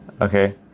Okay